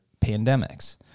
pandemics